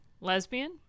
lesbian